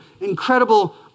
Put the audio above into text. incredible